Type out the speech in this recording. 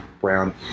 brown